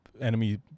enemy